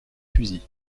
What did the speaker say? fusils